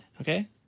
Okay